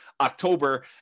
October